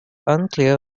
unclear